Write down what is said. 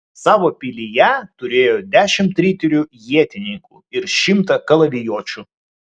savo pilyje turėjo dešimt riterių ietininkų ir šimtą kalavijuočių